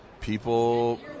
people